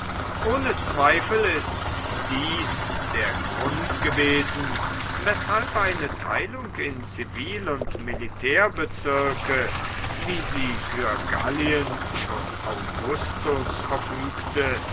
ohne zweifel ist dies der grund gewesen weshalb eine teilung in zivil und militärbezirke wie sie für gallien schon augustus verfügte